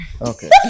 Okay